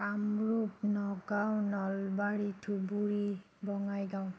Kamrup Nagaon Nalbari Dhubri Bongaigaon